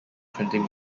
printing